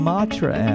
Matra